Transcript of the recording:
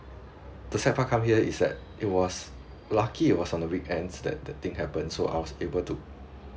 the sad part come here is that it was lucky it was on the weekends that the thing happen so I was able to